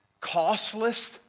costless